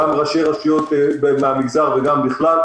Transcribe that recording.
גם ראשי רשויות מן המגזר וגם בכלל.